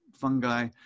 fungi